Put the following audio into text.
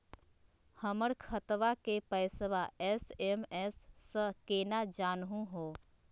हमर खतवा के पैसवा एस.एम.एस स केना जानहु हो?